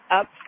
up